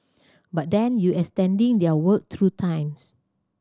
but then you extending their work through times